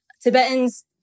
Tibetans